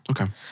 Okay